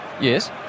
Yes